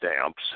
stamps